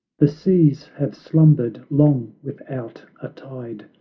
the seas have slumbered long without a tide,